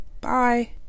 Bye